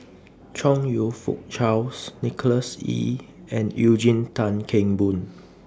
Chong YOU Fook Charles Nicholas Ee and Eugene Tan Kheng Boon